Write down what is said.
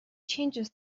changes